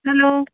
hello